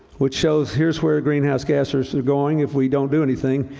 which shows here's where greenhouse gases are going if we don't do anything,